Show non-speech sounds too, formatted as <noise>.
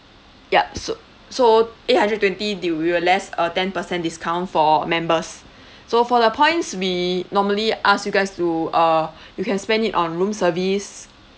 yup so so eight hundred twenty they we will less a ten percent discount for members so for the points we normally ask you guys to uh <breath> you can spend it on room service